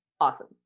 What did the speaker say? awesome